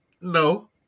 no